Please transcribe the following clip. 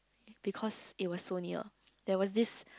because it was so there was this